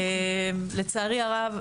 לצערי הרב,